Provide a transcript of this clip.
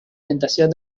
tentación